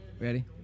Ready